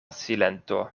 silento